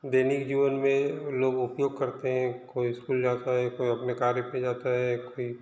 दैनिक जीवन में लोग उपयोग करते हैं कोई स्कूल जाता है कोई अपने कार्य पर जाता है कोई